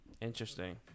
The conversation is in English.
Interesting